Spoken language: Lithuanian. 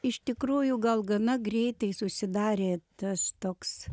iš tikrųjų gal gana greitai susidarė tas toks